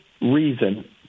reason